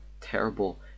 terrible